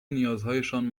نیازهایشان